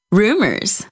rumors